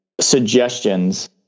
suggestions